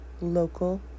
Local